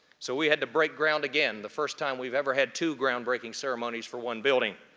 so we had to break ground again. the first time we've ever had two groundbreaking ceremonies for one building.